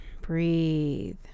Breathe